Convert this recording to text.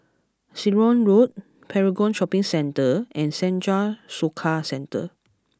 Ceylon Road Paragon Shopping Centre and Senja Soka Centre